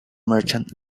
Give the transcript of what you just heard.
merchant